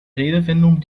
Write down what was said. redewendungen